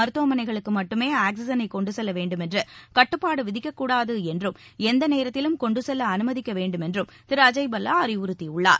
மருத்துவமனைகளுக்கு மட்டுமே ஆக்சிஜனை கொண்டு செல்ல வேண்டுமென்று கட்டுப்பாடு விதிக்கக்கூடாது என்றும் எந்த நேரத்திலும் கொண்டு செல்ல அனுமதிக்க வேண்டுமென்றும் திருஅஜய்பல்லா அறிவுறுத்தியுள்ளார்